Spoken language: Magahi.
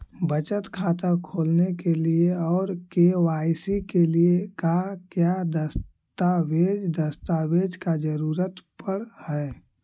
बचत खाता खोलने के लिए और के.वाई.सी के लिए का क्या दस्तावेज़ दस्तावेज़ का जरूरत पड़ हैं?